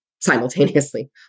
simultaneously